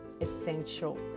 essential